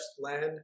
land